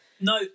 No